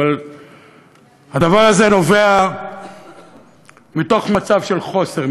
אבל הדבר הזה נובע מתוך מצב של חוסר,